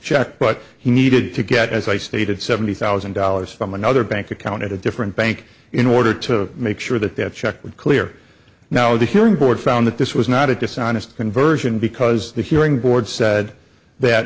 check but he needed to get as i stated seventy thousand dollars from another bank account at a different bank in order to make sure that that check would clear now the hearing board found that this was not a dishonest conversion because the hearing board said that